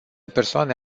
persoane